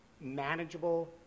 manageable